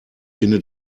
finde